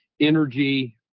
energy